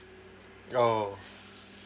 oh